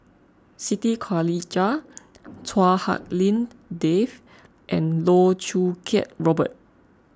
Siti Khalijah Chua Hak Lien Dave and Loh Choo Kiat Robert